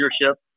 leadership